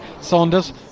Saunders